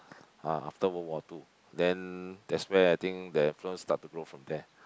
ah after War World Two then that's very I think the influence start to grow from there